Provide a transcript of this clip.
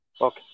Okay